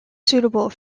suitable